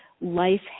life